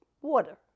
water